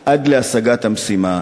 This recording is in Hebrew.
עד להשגת המשימה.